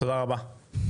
תודה רבה.